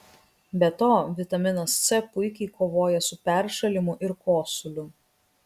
be to vitaminas c puikiai kovoja su peršalimu ir kosuliu